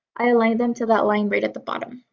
i align them to that line right at the bottom.